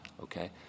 okay